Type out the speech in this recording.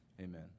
amen